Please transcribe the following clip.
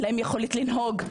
אין להן יכולת לנהוג.